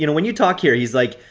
you know when you talk here, he's like,